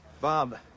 Bob